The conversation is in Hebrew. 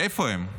איפה הם?